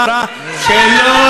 שלא ניתן,